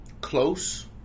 close